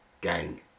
gang